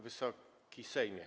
Wysoki Sejmie!